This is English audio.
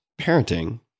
parenting